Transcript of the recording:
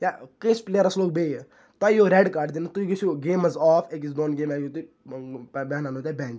یا کٲنٛسہِ پٕلیرَس لوٚگ بیٚیہِ تۄہہِ یِیو ریٚڈ کارڑ دِنہٕ تُہۍ گٔژھِو گیمہِ مَنٛز آف أکِس دۄن بہناونَو تۄہہِ بینٛچ